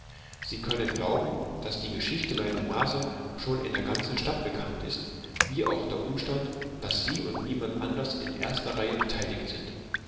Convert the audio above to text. sie können glauben daß die geschichte meiner nase schon in der ganzen stadt bekannt ist wie auch der umstand daß sie und niemand anders in erster reihe beteiligt sind